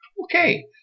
Okay